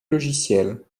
logiciel